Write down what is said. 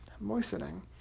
moistening